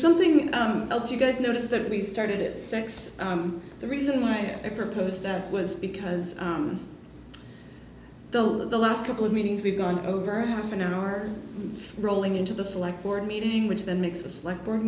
something else you guys notice that we started it sex the reason why i proposed that was because the last couple of meetings we've gone over a half an hour rolling into the select board meeting which then makes us like